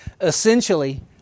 Essentially